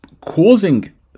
causing